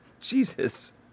Jesus